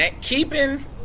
Keeping